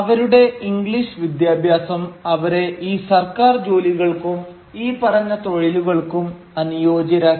അവരുടെ ഇംഗ്ലീഷ് വിദ്യാഭ്യാസം അവരെ ഈ സർക്കാർ ജോലികൾക്കും ഈ പറഞ്ഞ തൊഴിലുകൾക്കും അനുയോജ്യരാക്കി